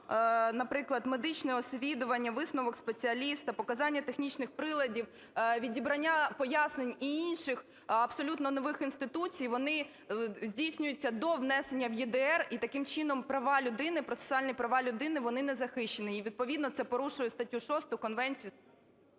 наприклад, медичнеосвідування, висновок спеціаліста, показання технічних приладів, відібрання пояснень і інших абсолютно нових інституцій, вони здійснюються до внесення в ЄДР і таким чином права людини, процесуальні права людини вони незахищені. І відповідно це порушує статтю 6 Конвенції…